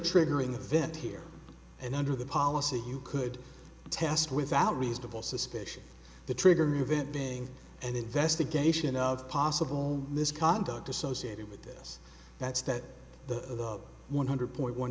triggering event here and under the policy you could test without reasonable suspicion the trigger event being an investigation of possible misconduct associated with this that's that one hundred point one